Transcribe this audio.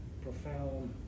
profound